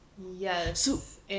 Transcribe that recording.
Yes